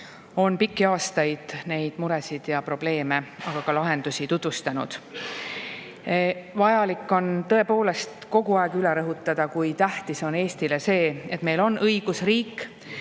on pikki aastaid neid muresid ja probleeme, aga ka lahendusi tutvustanud. Vajalik on tõepoolest kogu aeg üle rõhutada, kui tähtis on Eestile see, et meil on õigusriik,